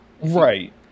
Right